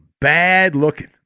bad-looking